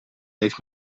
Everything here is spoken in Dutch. heeft